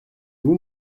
vous